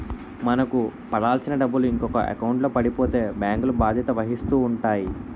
మనకు పడాల్సిన డబ్బులు ఇంకొక ఎకౌంట్లో పడిపోతే బ్యాంకులు బాధ్యత వహిస్తూ ఉంటాయి